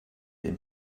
dem